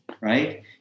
right